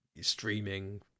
streaming